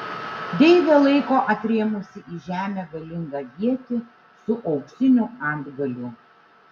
deivė laiko atrėmusi į žemę galingą ietį su auksiniu antgaliu